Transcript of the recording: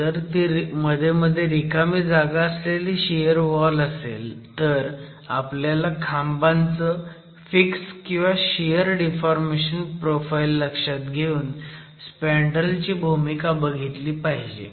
जर ती मध्ये रिकामी जागा असलेली शियर वॉल असेल तर आपल्याला खांबाचं फिक्स किंवा शियर डिफॉर्मेशन प्रोफाईल लक्षात घेऊन स्पँडरेल ची भूमिका बघितली पाहिजे